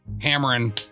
hammering